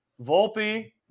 Volpe